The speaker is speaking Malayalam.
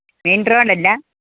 മെയിന് റോഡല്ല